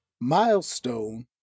Milestone